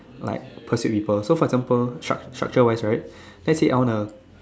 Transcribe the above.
like persuade people so for example struct~ structure wise right let's say I wanna